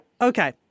Okay